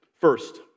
First